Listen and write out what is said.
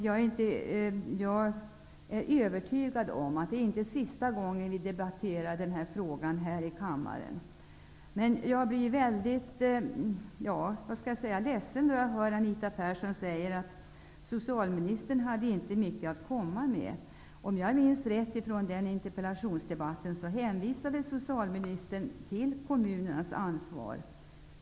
Jag är övertygad om att detta inte är sista gången som vi debatterar den här frågan här i kammaren. Jag blir litet ledsen när Anita Persson säger att socialministern inte hade så mycket att komma med. Om jag minns rätt, hänvisade socialministern i den interpellationsdebatten till kommunernas ansvar.